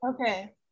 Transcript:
Okay